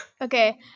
Okay